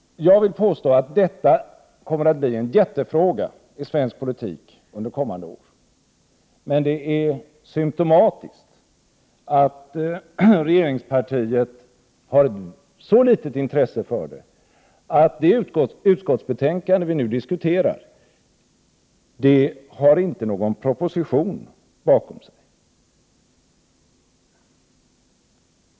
Jag vill påstå att detta kommer att bli en jättefråga i svensk politik under kommande år. Men det är symtomatiskt att regeringspartiet har så litet intresse för det att det utskottsbetänkande som vi nu diskuterar inte har någon proposition bakom sig.